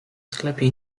sklepie